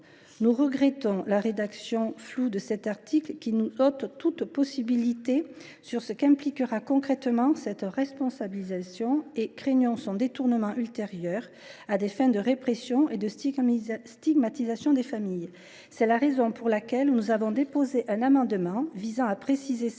Nous regrettons sa rédaction floue, qui ôte toute visibilité sur ce qu’impliquera concrètement cette responsabilisation, et craignons son détournement ultérieur à des fins de répression et de stigmatisation des familles. Pour cette raison, nous avons déposé un amendement visant à préciser ces modalités